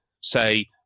say